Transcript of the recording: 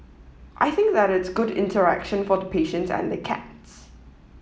I think that it's good interaction for the patients and the cats